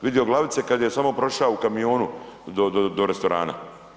Vidio je glavice kada je samo prošao u kamionu do restoranu.